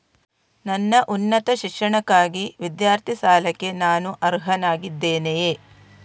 ನನ್ನ ಉನ್ನತ ಶಿಕ್ಷಣಕ್ಕಾಗಿ ವಿದ್ಯಾರ್ಥಿ ಸಾಲಕ್ಕೆ ನಾನು ಅರ್ಹನಾಗಿದ್ದೇನೆಯೇ?